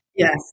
Yes